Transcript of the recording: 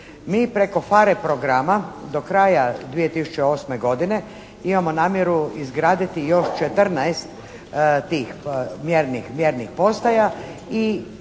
Mi preko PHARE programa do kraja 2008. godine imamo namjeru izgraditi još 14 tih mjernih postaja